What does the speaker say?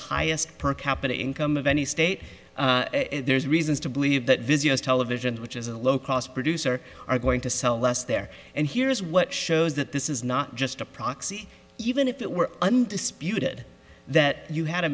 highest per capita income of any state there's reasons to believe that visitors television which is a low cost producer are going to sell less there and here is what shows that this is not just a proxy even if it were undisputed that you had a